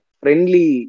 friendly